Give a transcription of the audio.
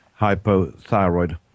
hypothyroid